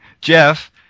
jeff